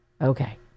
Okay